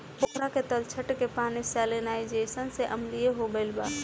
पोखरा के तलछट के पानी सैलिनाइज़ेशन से अम्लीय हो गईल बा